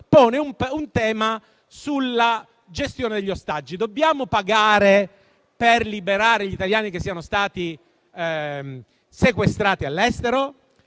pone un tema sulla gestione degli ostaggi, ossia se dobbiamo pagare per liberare gli italiani che siano stati sequestrati all'estero.